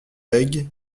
bègue